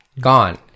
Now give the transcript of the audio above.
gone